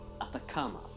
Atacama